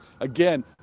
again